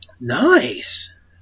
Nice